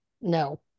No